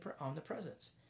omnipresence